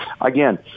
again